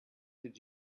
did